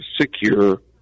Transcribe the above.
secure